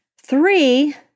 Three